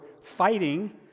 fighting